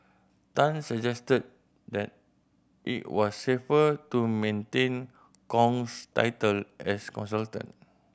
Tan suggested that it was safer to maintain Kong's title as consultant